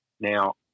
Now